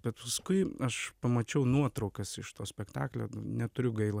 bet paskui aš pamačiau nuotraukas iš to spektaklio neturiu gaila